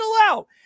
out